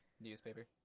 Newspaper